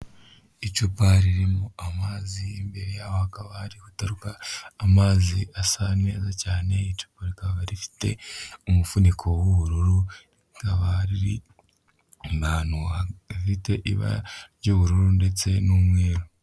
Icupa ririmo amazi imbere yaho hakaba hari gutaruka amazi asa neza cyane, icupa rikaba rifite umuvuniko w'ubururu rikaba rifite ibara ry'ubururu ndetse n'umweru.